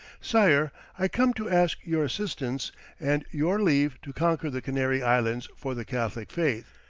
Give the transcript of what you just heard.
sire, i come to ask your assistance and your leave to conquer the canary islands for the catholic faith,